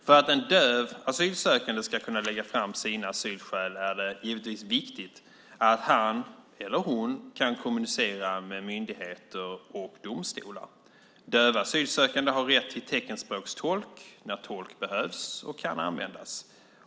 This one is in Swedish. För att en döv asylsökande ska kunna lägga fram sina asylskäl är det givetvis viktigt att han eller hon kan kommunicera med myndigheter och domstolar. Döva asylsökande har rätt till teckenspråkstolk när tolk behövs och kan användas.